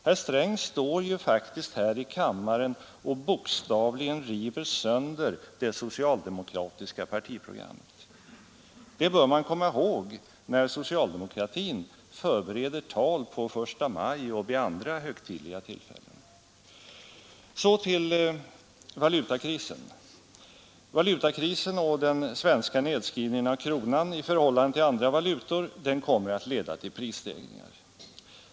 Herr Sträng står här i kammaren och bokstavligen river sönder det socialdemokratiska partiprogrammet. Det bör man komma ihåg, när socialdemokratin förbereder tal på första maj och vid andra högtidliga tillfällen. Så till valutakrisen. Valutakrisen och den svenska nedskrivningen av kronan i förhållande till andra valutor kommer att leda till prisstegringar.